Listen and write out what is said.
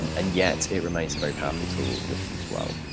and and yet, it remains a very powerful tool if used well.